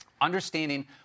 Understanding